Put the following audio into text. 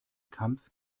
kampf